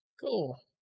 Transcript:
Cool